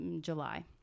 july